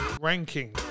ranking